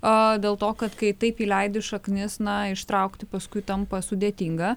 a dėl to kad kai taip įleidi šaknis na ištraukti paskui tampa sudėtinga